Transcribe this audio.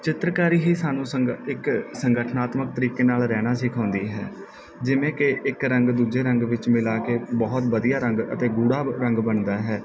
ਚਿੱਤਰਕਾਰੀ ਹੀ ਸਾਨੂੰ ਸੰਗ ਇੱਕ ਸੰਗਠਨਾਤਮਕ ਤਰੀਕੇ ਨਾਲ ਰਹਿਣਾ ਸਿਖਾਉਂਦੀ ਹੈ ਜਿਵੇਂ ਕਿ ਇੱਕ ਰੰਗ ਦੂਜੇ ਰੰਗ ਵਿੱਚ ਮਿਲਾ ਕੇ ਬਹੁਤ ਵਧੀਆ ਰੰਗ ਅਤੇ ਗੂੜਾ ਰੰਗ ਬਣਦਾ ਹੈ